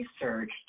research